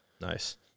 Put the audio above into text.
Nice